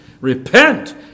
Repent